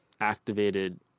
activated